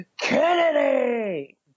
Kennedy